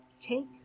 Take